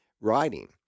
writing